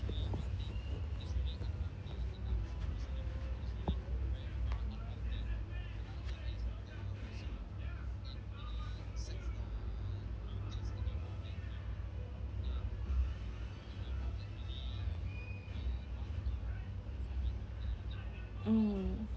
mm